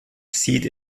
sieht